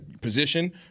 position